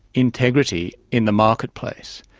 integrity in the marketplace.